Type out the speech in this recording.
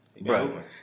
Bro